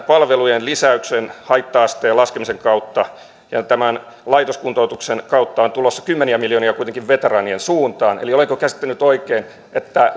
palvelujen lisäyksen haitta asteen laskemisen kautta ja tämän laitoskuntoutuksen kautta on tulossa kymmeniä miljoonia kuitenkin veteraanien suuntaan eli olenko käsittänyt oikein että